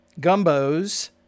Gumbos